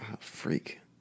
Freak